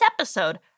episode